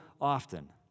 often